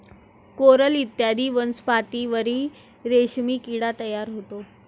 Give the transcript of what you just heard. coral इत्यादी वनस्पतींवरही रेशीम किडा तयार होतो